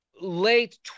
late